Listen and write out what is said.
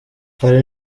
hari